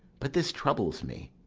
but this troubles me.